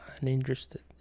uninterested